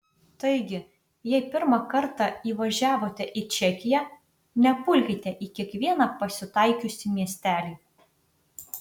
taigi jei pirmą kartą įvažiavote į čekiją nepulkite į kiekvieną pasitaikiusį miestelį